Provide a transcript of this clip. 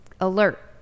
alert